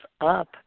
up